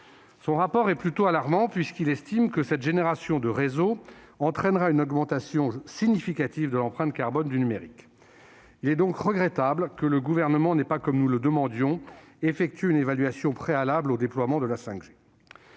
Le rapport du HCC est plutôt alarmant puisqu'il estime que cette génération de réseau entraînera une « augmentation significative » de l'empreinte carbone du numérique. Il est donc regrettable que le Gouvernement n'ait pas, comme nous le demandions, effectué une évaluation préalable au déploiement de la 5G.